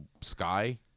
sky